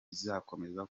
kizakomeza